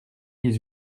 dix